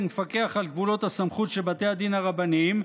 מפקח על גבולות הסמכות של בתי הדין הרבניים,